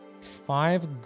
Five